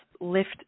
lift